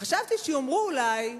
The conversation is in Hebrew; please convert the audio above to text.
חשבתי שאולי יאמרו: